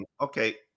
Okay